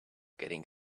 getting